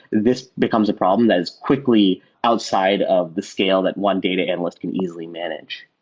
this becomes a problem that is quickly outside of the scale that one data analyst can easily manage.